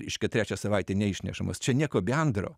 reiškia trečią savaitę neišnešamos čia nieko bendro